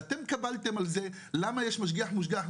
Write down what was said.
ואתם קבלתם על זה למה יש משגיח מושגח?